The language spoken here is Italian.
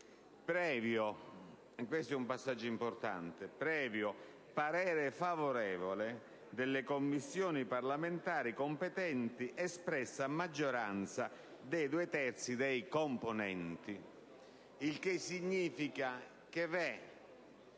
previo - questo è un passaggio importante - parere favorevole delle Commissioni parlamentari competenti espresso a maggioranza dei due terzi dei componenti. La disposizione,